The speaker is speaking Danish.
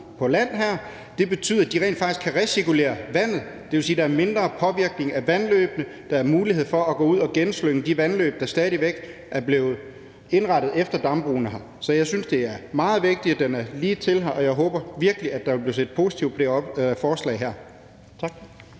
på land her, og det betyder, at de rent faktisk kan recirkulere vandet, og det vil sige, at der er mindre påvirkning af vandløbene, der er mulighed for at gå ud og få genslynget de vandløb, der stadig væk er indrettet efter dambrugene. Så jeg synes, det er meget vigtigt og ligetil, og jeg håber virkelig, at der vil blive set positivt på det forslag her. Tak.